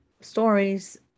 stories